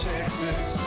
Texas